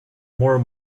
more